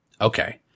Okay